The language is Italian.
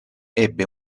ebbe